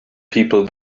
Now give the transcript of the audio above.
people